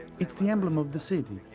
it's the emblem of the city.